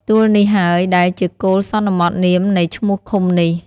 ទួលនេះហើយ ដែលជាគោលសន្មតនាមនៃឈ្មោះឃុំនេះ ។